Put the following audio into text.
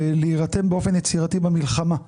ולהירתם באופן יצירתי למלחמה הנדרשת.